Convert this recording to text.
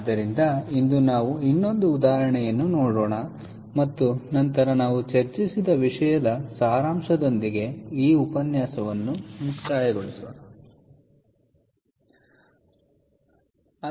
ಆದ್ದರಿಂದ ಇಂದು ನಾವು ಇನ್ನೊಂದು ಉದಾಹರಣೆಯನ್ನು ನೋಡೋಣ ಮತ್ತು ನಂತರ ನಾವು ಚರ್ಚಿಸಿದ ವಿಷಯದ ಸಾರಾಂಶದೊಂದಿಗೆ ಈ ಉಪನ್ಯಾಸವನ್ನು ಮುಕ್ತಾಯಗೊಳಿಸುತ್ತೇವೆ